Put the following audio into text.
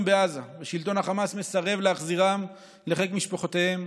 בעזה ושלטון החמאס מסרב להחזירם לחיק משפחותיהם,